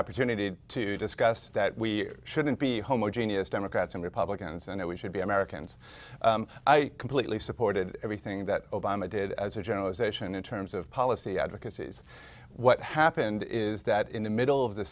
opportunity to discuss that we shouldn't be homogeneous democrats and republicans and we should be americans i completely supported everything that obama did as a generalization in terms of policy advocacies what happened is that in the middle of the